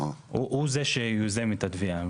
הוא זה שיוזם את התביעה,